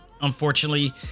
unfortunately